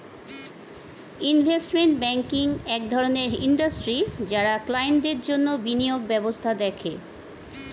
investment banking এক ধরণের industry যারা ক্লায়েন্টদের জন্যে বিনিয়োগ ব্যবস্থা দেখে